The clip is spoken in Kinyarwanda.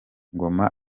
ngoma